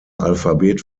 alphabet